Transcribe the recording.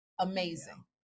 Amazing